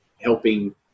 helping